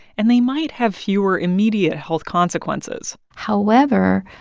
and they might have fewer immediate health consequences however,